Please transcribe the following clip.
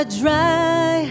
dry